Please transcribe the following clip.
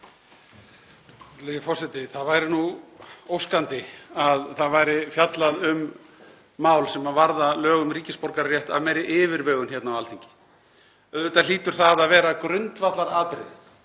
Það væri nú óskandi að það væri fjallað um mál sem varða lög um ríkisborgararétt af meiri yfirvegun hérna á Alþingi. Auðvitað hlýtur það að vera grundvallaratriði